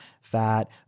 fat